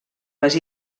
les